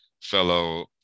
fellow